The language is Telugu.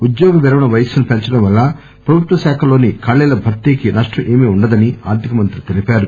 ఉద్యోగ విరమణ వయస్పును పెంచడం వల్ల ప్రభుత్వ శాఖల్లోని ఖాళీల భర్తీకి నష్టం ఏమీ ఉండదని ఆర్గికమంత్రి తెలిపారు